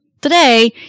today